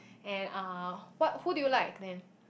and uh what who do you like then